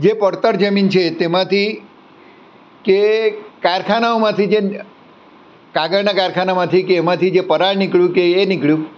જે પડતર જમીન છે તેમાંથી કે કારખાનાઓમાંથી જે કાગળના કારખાનામાંથી કે એમાંથી જે પરાળ નીકળ્યું કે એ નીકળ્યું